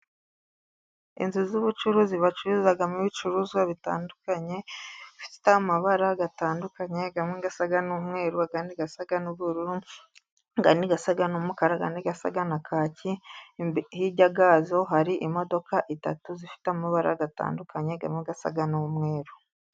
Inzu z'ubucuruzi bacururizamo ibicuruzwa bitandukanye. Zifite amabara atandukanye, amwe asa n'umweru, ayandi asa n'ubururu, ayandi asa n'umukara, ayandi asa na kaki. Hirya yazo hari imodoka eshatu zifite amabara atandukanye amwe asa n'umweru.